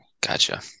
Gotcha